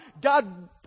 God